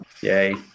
Yay